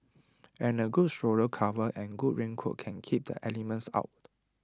and A good stroller cover and good raincoat can keep the elements out